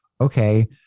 okay